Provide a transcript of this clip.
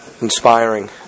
inspiring